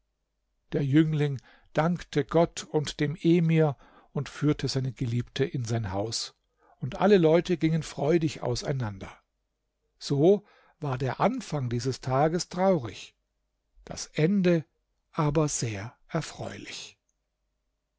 der jüngling dankte gott und dem emir und führte seine geliebte in sein haus und alle leute gingen freudig auseinander so war der anfang dieses tages traurig das ende aber sehr erfreulich